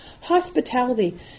Hospitality